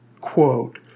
quote